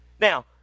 Now